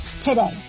Today